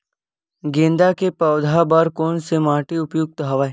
गेंदा के पौधा बर कोन से माटी उपयुक्त हवय?